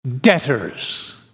debtors